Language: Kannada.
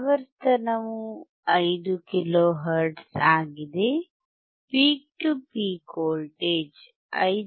ಆವರ್ತನವು 5 ಕಿಲೋ ಹರ್ಟ್ಜ್ ಆಗಿದೆ ಪೀಕ್ ಟು ಪೀಕ್ ವೋಲ್ಟೇಜ್ 5